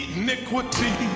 iniquity